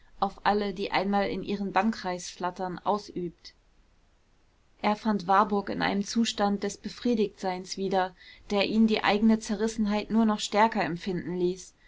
auf alle die einmal in ihrem bannkreis flattern ausübt er fand warburg in einem zustand des befriedigtseins wieder der ihn die eigene zerrissenheit nur noch stärker empfinden ließ